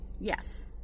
Yes